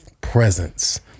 presence